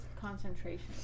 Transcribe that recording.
concentration